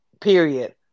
period